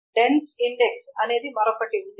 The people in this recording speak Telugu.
డెన్స్ ఇండెక్స్ అనేది మరొకటి ఉంది